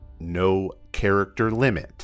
NoCharacterLimit